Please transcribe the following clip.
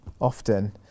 often